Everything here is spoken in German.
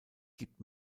gibt